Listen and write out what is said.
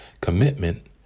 commitment